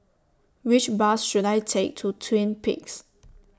Which Bus should I Take to Twin Peaks